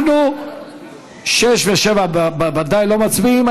אנחנו על 6 ו-7 ודאי לא מצביעים.